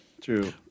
true